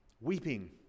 Weeping